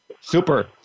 Super